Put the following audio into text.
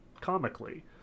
comically